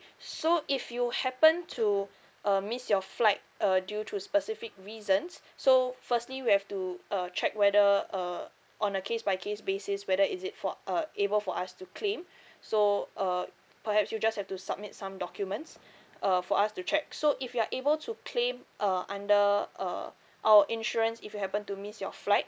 so if you happen to uh miss your flight uh due to specific reasons so firstly we have to uh check whether uh on a case by case basis whether is it for uh able for us to claim so uh perhaps you just have to submit some documents uh for us to check so if you're able to claim uh under uh our insurance if you happen to miss your flight